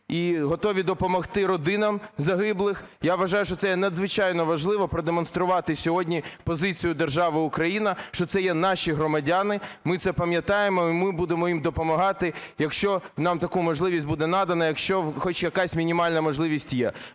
і готові допомогти родинам загиблих. Я вважаю, що це є надзвичайно важливо – продемонструвати сьогодні позицію держави Україна, що це є наші громадяни. Ми це пам'ятаємо, і ми будемо їм допомагати, якщо нам таку можливість буде надано, якщо хоч якась мінімальна можливість є.